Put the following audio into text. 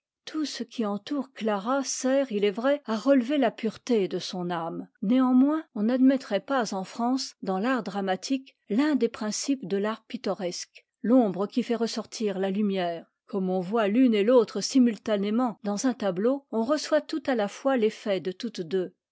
tout ce qui entoure clara sert il est vrai à relever la pureté de son âme néanmoins on n'admettrait pas en france dans l'art dramatique l'un des principes de l'art pittoresque l'ombre qui fait ressortir la lumière comme on voit l'une et t'autre simultanément dans un tableau on reçoit tout à la fois l'effet de toutes deux